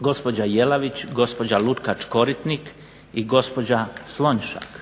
gospođa Jelavić, gospođa Lukač-Koritnik i gospođa Slonjšak